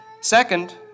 Second